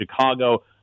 Chicago